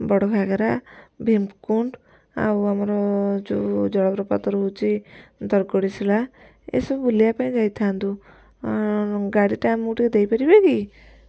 ବଡ଼ ଘାଗେରା ଭୀମକୁଣ୍ଡ ଆଉ ଆମର ଯେଉଁ ଜଳପ୍ରପାତ ରହୁଛି ଦ୍ରକୋଡ଼ିସୋଲା ଏସବୁ ବୁଲିବା ପାଇଁ ଯାଇଥାନ୍ତୁ ଗାଡ଼ିଟା ଆମକୁ ଟିକେ ଦେଇପାରିବେ କି